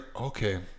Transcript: okay